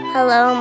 Hello